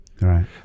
right